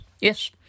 Yes